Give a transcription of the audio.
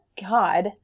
God